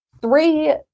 three